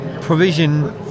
provision